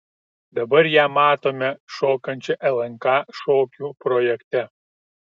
dabar ją matome šokančią lnk šokių projekte